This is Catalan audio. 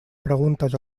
preguntes